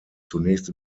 zunächst